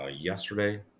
yesterday